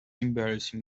embarrassing